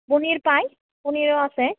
পনীৰ পায় পনীৰো আছে